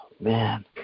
man